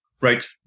Right